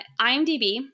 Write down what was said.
IMDb